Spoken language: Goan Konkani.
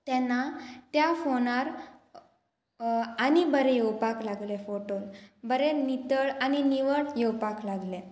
तेन्ना त्या फोनार आनी बरे येवपाक लागले फोटो बरें नितळ आनी निवळ येवपाक लागलें